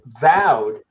vowed